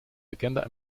bekende